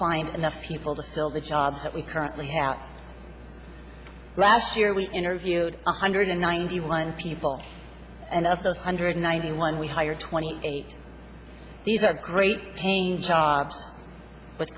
find enough people to fill the jobs that we currently have last year we interviewed one hundred ninety one people and of those hundred ninety one we hired twenty eight these are great paying jobs with